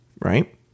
right